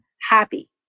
happy